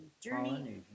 journey